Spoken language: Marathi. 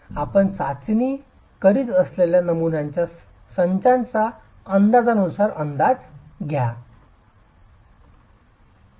आपण चाचणी करीत असलेल्या नमुन्यांच्या संचाच्या अंदाजानुसार अंदाज घेतल पाहिजे